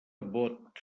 bot